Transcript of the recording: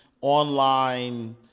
online